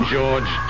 George